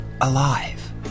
alive